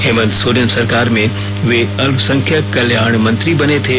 हेमंत सोरेन सरकार में वे अल्पसंख्यक कल्याण मंत्री बने थे